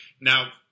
now